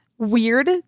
weird